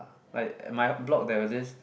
uh like at my block there was this